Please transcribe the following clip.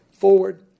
forward